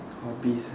hobbies